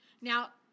Now